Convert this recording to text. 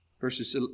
Verses